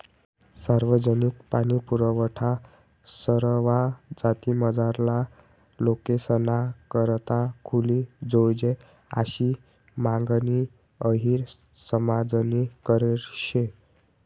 सार्वजनिक पाणीपुरवठा सरवा जातीमझारला लोकेसना करता खुली जोयजे आशी मागणी अहिर समाजनी करेल शे